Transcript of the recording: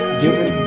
given